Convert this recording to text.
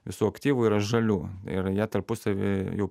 visų aktyvų yra žalių ir jie tarpusavy jau